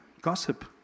Gossip